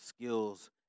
skills